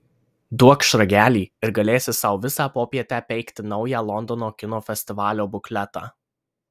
duokš ragelį ir galėsi sau visą popietę peikti naują londono kino festivalio bukletą